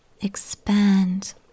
expand